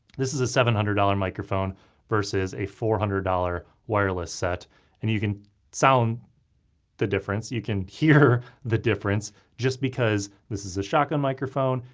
this is a seven hundred dollars microphone versus a four hundred dollars wireless set and you can sound the difference, you can hear the difference. just because this is a shotgun shotgun microphone,